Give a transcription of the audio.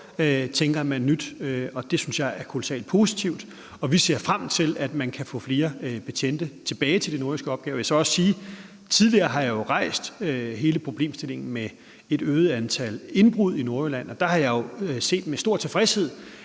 tænker man nyt, og det synes jeg er kolossalt positivt. Vi ser frem til, at man kan få flere betjente tilbage til de nordjyske opgaver. Jeg vil så også sige, at jeg jo tidligere har rejst hele problemstillingen med et øget antal indbrud i Nordjylland, og der har jeg jo set med stor tilfredshed,